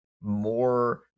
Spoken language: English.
more